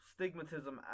stigmatism